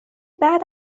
بعد